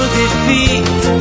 defeat